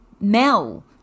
Mel